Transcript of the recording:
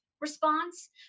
response